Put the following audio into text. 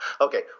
Okay